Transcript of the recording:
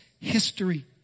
history